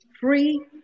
free